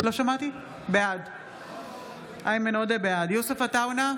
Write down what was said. בעד יוסף עטאונה,